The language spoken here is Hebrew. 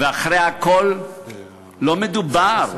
ואחרי הכול לא מדובר